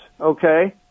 okay